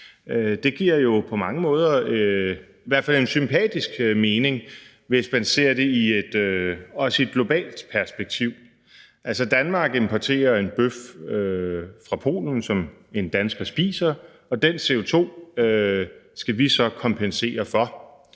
Det giver på mange måder en i hvert fald sympatisk mening, hvis man ser det i et globalt perspektiv. Danmark importerer en bøf fra Polen, som en dansker spiser, og den CO2 skal vi så kompensere for.